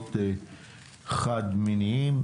זוגות חד- מיניים.